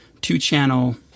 two-channel